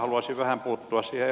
haluaisin vähän puuttua siihen